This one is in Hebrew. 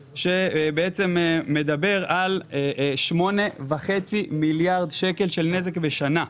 ודוח מבקר המדינה שבעצם מדבר על 8.5 מיליארד שקל של נזק בשנה.